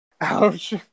Ouch